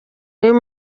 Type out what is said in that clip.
uyu